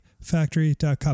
Factory.com